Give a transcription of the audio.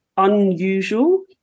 unusual